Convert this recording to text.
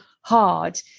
hard